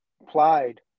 applied